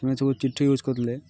ତମେ ସବୁ ଚିଠି ୟୁଜ୍ କରୁଥିଲେ